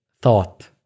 thought